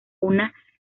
una